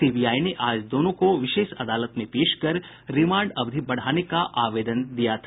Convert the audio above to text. CBI ने आज दोनों को विशेष अदालत में पेश कर रिमांड अवधि बढ़ाने का आवेदन दिया था